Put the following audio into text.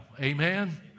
Amen